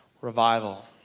revival